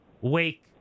Wake